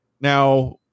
Now